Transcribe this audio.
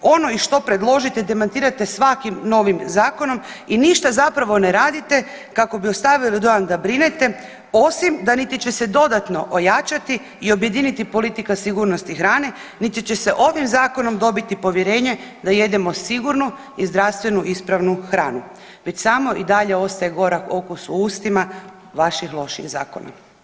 Ono i što predložite demantirate svakim novim zakonom i ništa zapravo ne radite kako bi ostavili dojam da brinete osim da niti će se dodatno ojačati i objediniti politika sigurnosti hrane, niti će se ovim zakonom dobiti povjerenje da jedemo sigurnu i zdravstvenu ispravnu hranu već samo i dalje ostaje gorak okus u ustima vaših loših zakona.